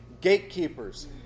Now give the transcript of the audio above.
gatekeepers